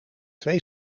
twee